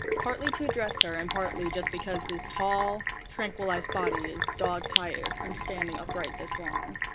partly to address her and partly just because his tall, tranquilized body is dog-tired from standing upright this long.